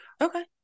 Okay